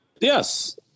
Yes